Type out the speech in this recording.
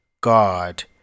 God